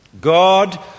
God